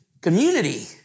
community